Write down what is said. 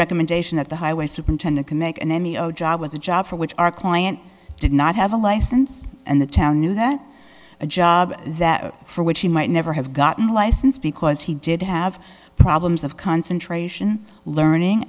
recommendation that the highway superintendent can make in any old job was a job for which our client did not have a license and the town knew that a job that for which he might never have gotten a license because he did have problems of concentration learning